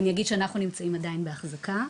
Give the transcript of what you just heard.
אני אגיד שאנחנו נמצאים עדיין בהחזקה,